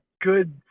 good